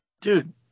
dude